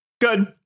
Good